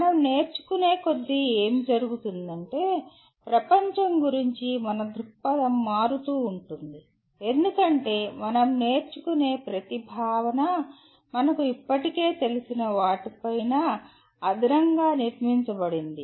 మనం నేర్చుకునే కొద్దీ ఏమి జరుగుతుందంటే ప్రపంచం గురించి మన దృక్పథం మారుతుంది ఎందుకంటే మనం నేర్చుకునే ప్రతి భావన మనకు ఇప్పటికే తెలిసిన వాటి పైన అదనంగా నిర్మించబడింది